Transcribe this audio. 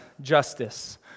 justice